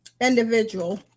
Individual